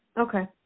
Okay